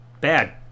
Bad